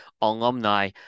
alumni